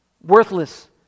worthless